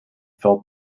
felt